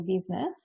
business